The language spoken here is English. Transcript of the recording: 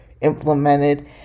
implemented